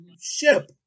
ship